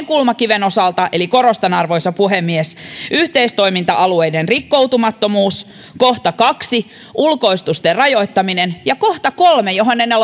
kulmakiven osalta eli korostan arvoisa puhemies yksi yhteistoiminta alueiden rikkoutumattomuus kaksi ulkoistusten rajoittaminen ja kolme johon en en